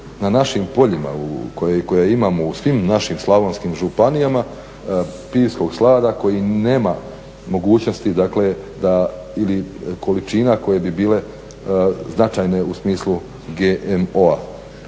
na našim poljima koja i koje imamo u svim našim slavonskim županijama pivskog slada koji nema mogućnosti da, ili količina koje bi bile značajne u smislu GMO-a.